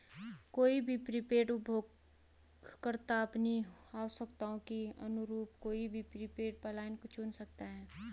कोई भी प्रीपेड उपयोगकर्ता अपनी आवश्यकताओं के अनुरूप कोई भी प्रीपेड प्लान चुन सकता है